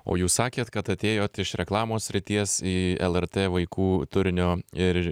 o jūs sakėt kad atėjot iš reklamos srities į lrt vaikų turinio ir